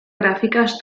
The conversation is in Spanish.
gráficas